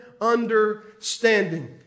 understanding